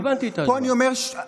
פה אני אומר,